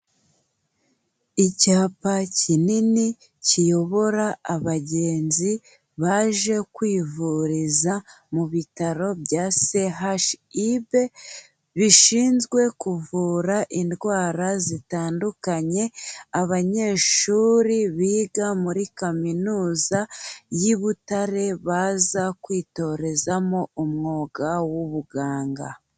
Icyapa kinini kiyobora abagenzi baje kwivuriza mu bitaro bya CHUB, bishinzwe kuvura indwara zitandukanye abanyeshuri biga muri kaminuza y'i Butare, baza kwitorezamo umwuga w'ubuganga.